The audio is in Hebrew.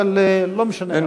אבל לא משנה,